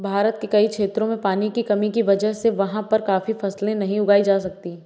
भारत के कई क्षेत्रों में पानी की कमी की वजह से वहाँ पर काफी फसलें नहीं उगाई जा सकती